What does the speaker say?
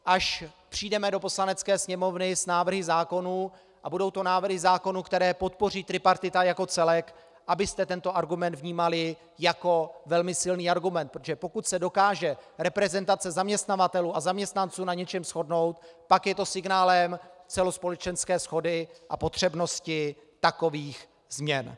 Až přijdeme do Poslanecké sněmovny s návrhy zákonů a budou to návrhy zákonů, které podpoří tripartita jako celek, abyste tento argument vnímali jako velmi silný argument, protože pokud se dokáže reprezentace zaměstnavatelů a zaměstnanců na něčem shodnout, pak je to signálem celospolečenské shody a potřebnosti takových změn.